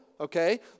okay